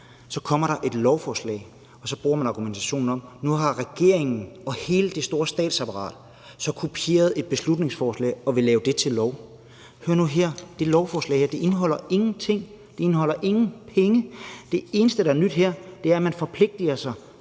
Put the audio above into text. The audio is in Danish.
Så kommer der et lovforslag, og så bruger man det i argumentationen, at regeringen og hele det store statsapparat nu har kopieret det beslutningsforslag og vil lave det til lov. Hør nu her, det her lovforslag indeholder ingenting. Det indeholder ingen penge. Det eneste, der er nyt her, er, at man forpligtiger sig